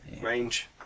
range